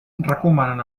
recomanen